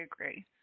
agree